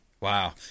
Wow